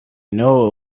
know